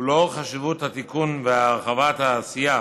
ולאור חשיבות התיקון והרחבת העשייה